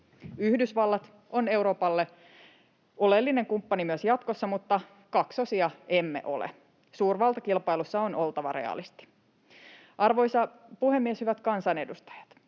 Yhdysvallat on Euroopalle oleellinen kumppani myös jatkossa, mutta kaksosia emme ole. Suurvaltakilpailussa on oltava realisti. Arvoisa puhemies! Hyvät kansanedustajat!